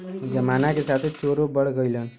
जमाना के साथे चोरो बढ़ गइलन